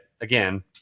again